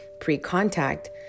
pre-contact